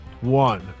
one